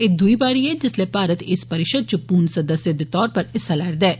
एह् दुई बारी ऐ जिसलै भारत इस परिषद च पूर्ण सदस्य दे तौर उप्पर हिस्सा लै'रदा ऐ